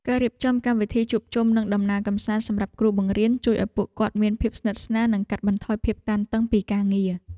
ការរៀបចំកម្មវិធីជួបជុំនិងដំណើរកម្សាន្តសម្រាប់គ្រូបង្រៀនជួយឱ្យពួកគាត់មានភាពស្និទ្ធស្នាលនិងកាត់បន្ថយភាពតានតឹងពីការងារ។